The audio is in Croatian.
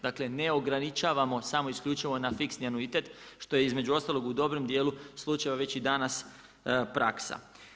Dakle, ne ograničavamo samo isključivo na fiksni anuitet što je između ostalog u dobrom dijelu slučaja već i danas praksa.